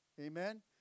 Amen